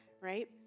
right